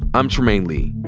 i'm trymaine lee.